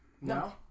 No